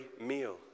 meal